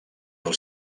del